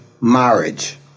marriage